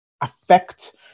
affect